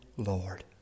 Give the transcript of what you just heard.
Lord